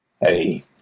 hey